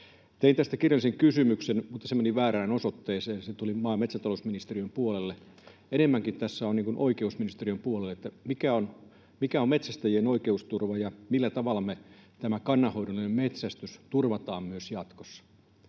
Tein tästä kirjallisen kysymyksen, mutta se meni väärään osoitteeseen: Se tuli maa- ja metsätalousministeriön puolelle. Enemmänkin se kuuluu oikeusministeriön puolelle. Mikä on metsästäjien oikeusturva, ja millä tavalla me tämä kannanhoidollinen metsästys turvataan myös jatkossa?